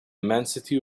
immensity